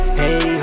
hey